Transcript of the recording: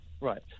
Right